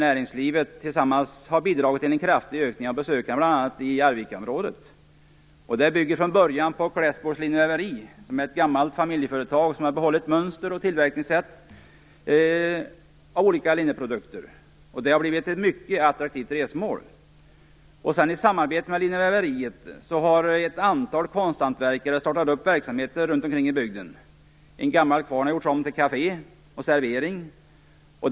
Näringslivet har bidragit till en kraftig ökning av besökarna i Arvikaområdet. Detta bygger från början på Klässbols väveri, ett gammalt familjeföretag, som har behållit mönster och tillverkningssätt av olika linneprodukter. Det har blivit ett mycket attraktivt resmål. I samarbete med linneväveriet har ett antal konsthantverkare startat verksamheter i bygden. En gammal kvarn har gjorts om till kafé och servering.